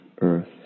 earth